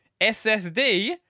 SSD